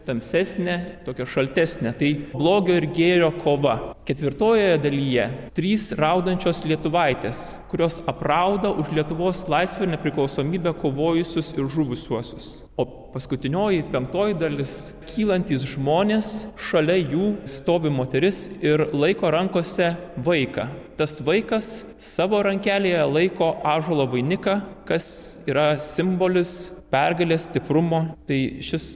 tamsesnę tokias šaltesnę tai blogio ir gėrio kova ketvirtojoje dalyje trys raudančios lietuvaitės kurios aprauda už lietuvos laisvę nepriklausomybę kovojusius ir žuvusiuosius o paskutinioji penktoji dalis kylantys žmonės šalia jų stovi moteris ir laiko rankose vaiką tas vaikas savo rankelėje laiko ąžuolo vainiką kas yra simbolis pergalės stiprumo tai šis